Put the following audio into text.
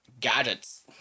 gadgets